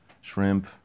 Shrimp